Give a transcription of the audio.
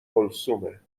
کلثومه